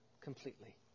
completely